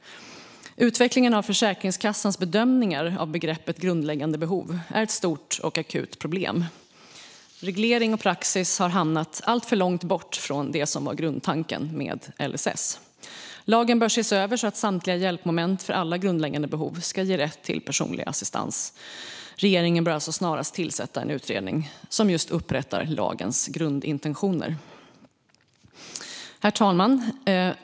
Utvecklingen av Försäkringskassans bedömningar av begreppet grundläggande behov är ett stort och akut problem. Reglering och praxis har hamnat alltför långt bort från det som var grundtanken med LSS. Lagen bör ses över så att samtliga hjälpmoment för alla grundläggande behov ska ge rätt till personlig assistans. Regeringen bör alltså snarast tillsätta en utredning som återupprättar lagens grundintentioner. Herr talman!